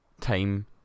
time